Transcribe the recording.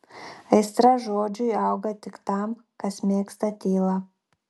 aistra žodžiui auga tik tam kas mėgsta tylą